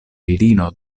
virino